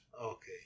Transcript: Okay